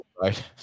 Right